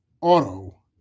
Auto